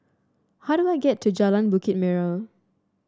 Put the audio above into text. how do I get to Jalan Bukit Merah